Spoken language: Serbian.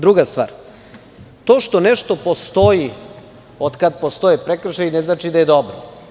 Druga stvar, to što nešto postoji od kad postoje prekršaji, ne znači da je dobro.